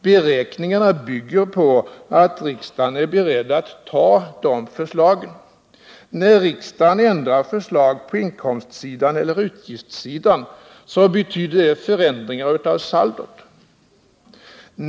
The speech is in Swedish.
Beräkningarna bygger på att riksdagen är beredd att anta de förslagen. När riksdagen ändrar förslag på inkomstsidan eller utgiftssidan betyder det förändringar av saldot.